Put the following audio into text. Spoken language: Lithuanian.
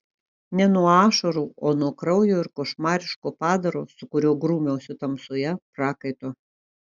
ne nuo ašarų o nuo kraujo ir košmariško padaro su kuriuo grūmiausi tamsoje prakaito